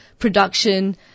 production